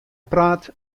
praat